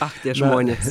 ach tie žmonės